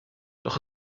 doch